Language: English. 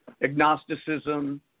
agnosticism